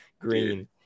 green